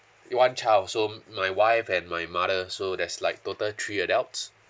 one child so my wife and my mother so there's like total three adults